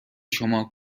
شما